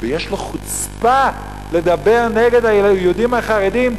ויש לו חוצפה לדבר נגד היהודים החרדים,